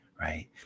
Right